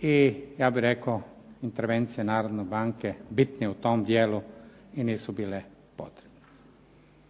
i ja bih rekao intervencije narodne banke bitnije u tom dijelu i nisu bile potrebne.